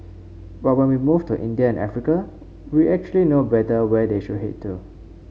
but when we move to India and Africa we actually know better where they should head to